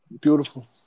Beautiful